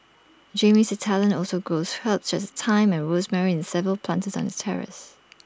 Jamie's Italian also grows herbs such as thyme and rosemary in Seven planters on its terrace